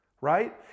right